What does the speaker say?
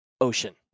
Ocean